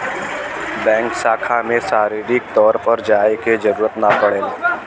bank शाखा में शारीरिक तौर पर जाये क जरुरत ना पड़ेला